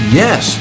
yes